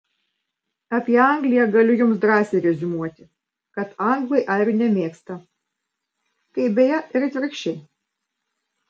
apie angliją galiu jums drąsiai reziumuoti kad anglai airių nemėgsta kaip beje ir atvirkščiai